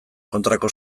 kontrako